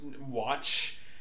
watch